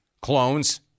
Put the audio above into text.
clones